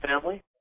family